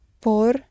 Por